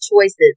choices